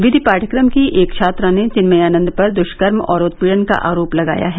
विधि पाठ्यक्रम की एक छात्रा ने चिन्मयानंद पर दृष्कर्म और उत्पीडन का आरोप लगाया है